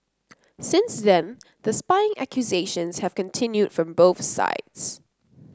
since then the spying accusations have continued from both sides